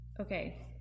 Okay